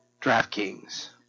DraftKings